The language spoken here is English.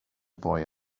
boy